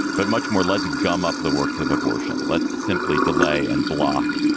but much more led's gum up the works of abortion. let's simply delay and block,